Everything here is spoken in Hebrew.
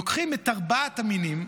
לוקחים את ארבעת המינים,